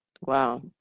Wow